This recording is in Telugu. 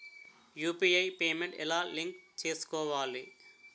యు.పి.ఐ పేమెంట్ ఎలా లింక్ చేసుకోవాలి?